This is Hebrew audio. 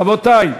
רבותי,